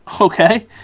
Okay